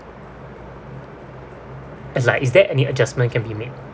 is like is there any adjustment can be made